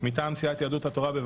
מטעם סיעת יהדות התורה.